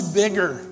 bigger